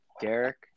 Derek